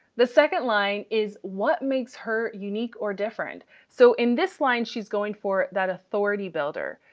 the second line is what makes her unique or different. so in this line she's going for that authority builder.